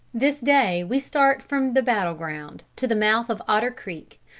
this day we start from the battle ground to the mouth of otter creek,